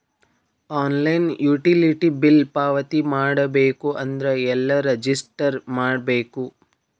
Online utility bill ಪಾವತಿ ಮಾಡಬೇಕು ಅಂದ್ರ ಎಲ್ಲ ರಜಿಸ್ಟರ್ ಮಾಡ್ಬೇಕು?